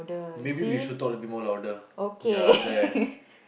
maybe we should talk a little bit more louder ya there